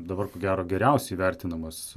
dabar ko gero geriausiai vertinamas